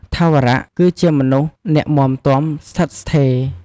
ថាវរៈ គឺជាមនុស្សអ្នកមាំទាំ ស្ថិតស្ថេរ ។